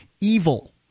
evil